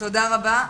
תודה רבה.